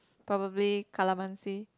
probably Calamansi